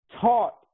taught